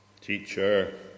Teacher